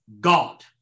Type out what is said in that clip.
God